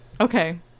okay